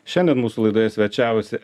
šiandien mūsų laidoje svečiavosi